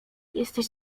jesteś